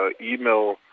email